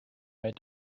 right